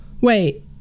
wait